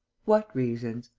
what reasons?